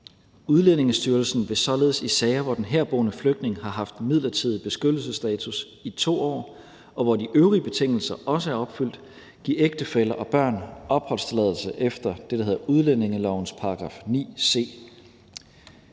Udlændingestyrelsen vil således i sager, hvor den herboende flygtning har haft midlertidig beskyttelsesstatus i 2 år, og hvor de øvrige betingelser også er opfyldt, give ægtefæller og børn opholdstilladelse efter det, der hedder udlændingelovens § 9 c.